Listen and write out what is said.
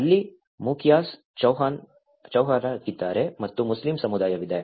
ಅಲ್ಲಿ ಮುಖಿಯರಿದ್ದಾರೆ ಚೌಹಾಣರಿದ್ದಾರೆ ಮತ್ತು ಮುಸ್ಲಿಂ ಸಮುದಾಯವಿದೆ